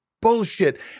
bullshit